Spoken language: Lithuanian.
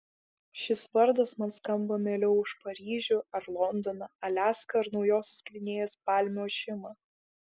šis vardas man skamba mieliau už paryžių ar londoną aliaską ar naujosios gvinėjos palmių ošimą